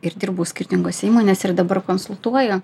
ir dirbau skirtingose įmonėse ir dabar konsultuoju